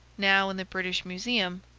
now in the british museum,